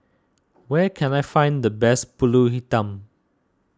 where can I find the best Pulut Hitam